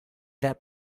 that